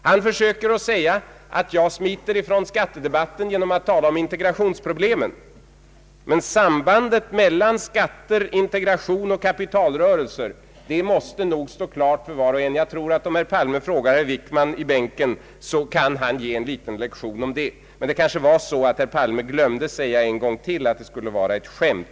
Han försöker säga att jag smiter ifrån skattedebatten genom att tala om integrationsproblemen. Men sambandet mellan skatter, integration och kapitalrörelser måste stå klart för var och en. Jag tror att om herr Palme frågar herr Wickman, som sitter bredvid honom i bänken, så kan han ge en liten lektion om det. Men det kanske var så att herr Palme en gång till glömde säga att han skulle prestera ett skämt.